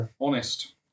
Honest